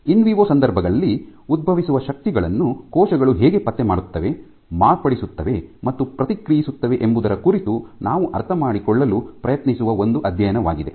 in vivo ಸಂದರ್ಭಗಳಲ್ಲಿ ಉದ್ಭವಿಸುವ ಶಕ್ತಿಗಳನ್ನು ಕೋಶಗಳು ಹೇಗೆ ಪತ್ತೆ ಮಾಡುತ್ತವೆ ಮಾರ್ಪಡಿಸುತ್ತವೆ ಮತ್ತು ಪ್ರತಿಕ್ರಿಯಿಸುತ್ತವೆ ಎಂಬುದರ ಕುರಿತು ನಾವು ಅರ್ಥಮಾಡಿಕೊಳ್ಳಲು ಪ್ರಯತ್ನಿಸುವ ಒಂದು ಅಧ್ಯಯನವಾಗಿದೆ